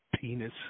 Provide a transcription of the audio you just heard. penis